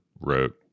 wrote